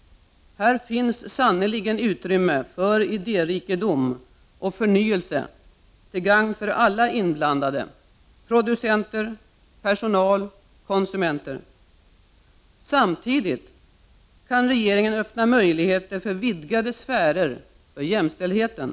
Här finns sannerligen utrymme för idérikedom och förnyelse till gagn för alla inblandade — producenter, personal och konsumenter. Samtidigt kan regeringen öppna möjligheter för vidgade sfärer för jämställdheten.